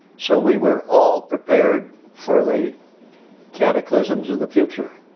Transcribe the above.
so we were all prepared for the cataclysms of the future.